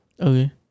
Okay